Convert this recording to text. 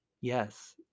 yes